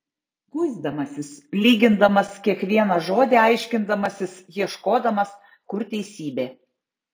kuisdamasis lygindamas kiekvieną žodį aiškindamasis ieškodamas kur teisybė